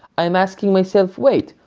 i'm asking myself, wait,